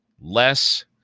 less